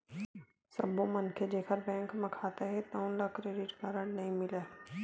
सब्बो मनखे जेखर बेंक म खाता हे तउन ल क्रेडिट कारड नइ मिलय